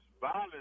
violence